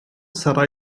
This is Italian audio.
sarà